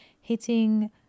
hitting